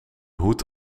hoed